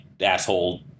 asshole